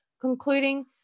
concluding